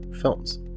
films